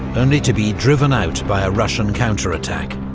only to be driven out by a russian counterattack.